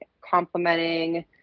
complementing